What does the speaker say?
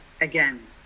again